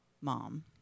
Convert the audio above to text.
mom